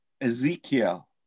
Ezekiel